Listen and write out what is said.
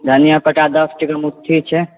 धनिया पत्ता दस टके मुट्ठी छै